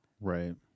Right